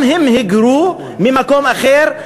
הם היגרו ממקום אחר,